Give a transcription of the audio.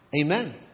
Amen